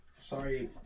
Sorry